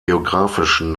geografischen